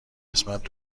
قسمت